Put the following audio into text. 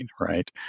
right